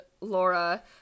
Laura